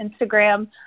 Instagram